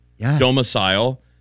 domicile